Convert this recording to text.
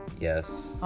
Yes